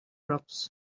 rocks